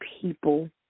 people